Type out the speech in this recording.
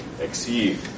exceed